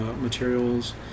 materials